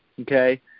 okay